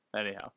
anyhow